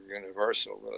Universal